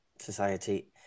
Society